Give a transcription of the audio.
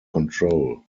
control